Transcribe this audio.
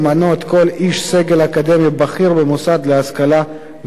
איש סגל אקדמי בכיר במוסד להשכלה גבוהה,